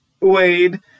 Wade